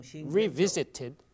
revisited